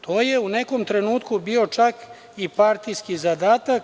To je u nekom trenutku bio čak i partijski zadatak.